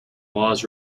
laws